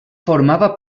formava